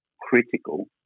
critical